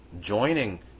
joining